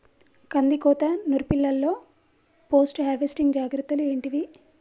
కందికోత నుర్పిల్లలో post harvesting జాగ్రత్తలు ఏంటివి?